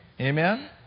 Amen